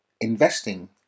Investing